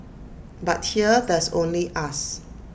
but here there's only us